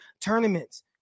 tournaments